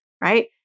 Right